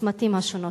בצמתים השונים?